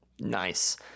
nice